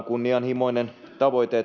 kunnianhimoinen tavoite